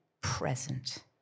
present